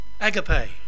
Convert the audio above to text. Agape